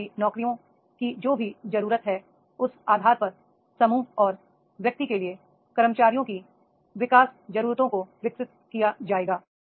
भविष्य की नौकरियों की जो भी जरूरत है उस आधार पर समूह और व्यक्ति के लिए कर्मचारियों की विकास जरूरतों को विकसित किया जाएगा